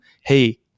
hey